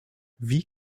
wie